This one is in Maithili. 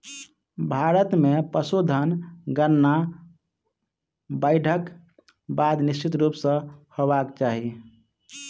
भारत मे पशुधन गणना बाइढ़क बाद निश्चित रूप सॅ होयबाक चाही